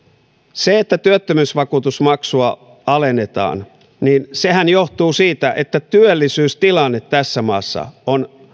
se että työttömyysvakuutusmaksua alennetaan sehän johtuu siitä että työllisyystilanne tässä maassa on